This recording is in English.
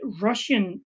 Russian